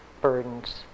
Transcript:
burdens